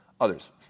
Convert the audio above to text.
others